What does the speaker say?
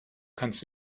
kannst